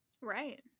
Right